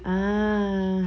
uh